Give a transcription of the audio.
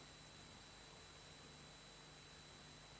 Grazie